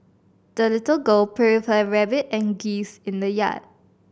the little girl played with her rabbit and geese in the yard